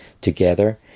together